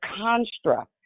construct